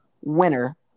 winner